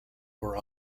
were